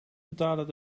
betalen